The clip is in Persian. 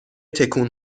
تکون